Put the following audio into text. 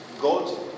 God